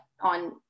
on